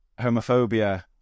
homophobia